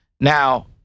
Now